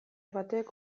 batek